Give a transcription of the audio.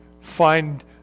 find